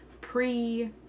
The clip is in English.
pre